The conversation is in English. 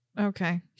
okay